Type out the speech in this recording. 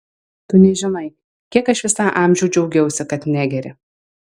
tu nežinai kiek aš visą amžių džiaugiausi kad negeri